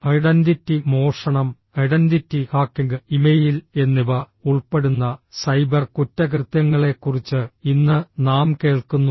identity മോഷണം identity hacking email എന്നിവ ഉൾപ്പെടുന്ന സൈബർ കുറ്റകൃത്യങ്ങളെക്കുറിച്ച് ഇന്ന് നാം കേൾക്കുന്നു